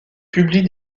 publie